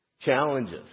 challenges